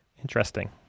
Interesting